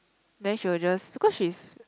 then she will just because she's